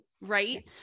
Right